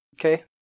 Okay